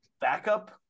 backup